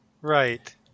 Right